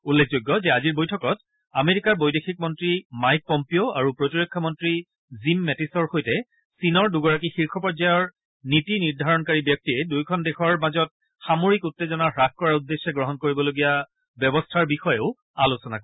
উল্লেখযোগ্য যে আজিৰ বৈঠকত আমেৰিকাৰ বৈদেশিক মন্ত্ৰী মাইক পম্পিঅ আৰু প্ৰতিৰক্ষা মন্ত্ৰী জিম মেটিছৰ সৈতে চীনৰ দুগৰাকী শীৰ্ষ পৰ্যায়ৰ নীতি নিৰ্ধাৰণকাৰী ব্যক্তিয়ে দুয়োখন দেশৰ মাজত সামৰিক উত্তেজনা হাস কৰাৰ উদ্দেশ্যে গ্ৰহণ কৰিবলগীয়া ব্যৱস্থাৰ বিষয়েও আলোচনা কৰিব